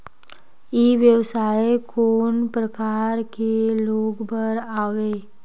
ई व्यवसाय कोन प्रकार के लोग बर आवे?